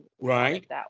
Right